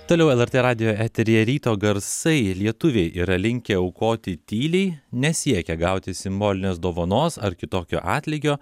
toliau lrt radijo eteryje ryto garsai lietuviai yra linkę aukoti tyliai nesiekia gauti simbolinės dovanos ar kitokio atlygio